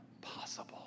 possible